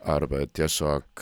arba tiesiog